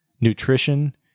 nutrition